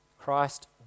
Christ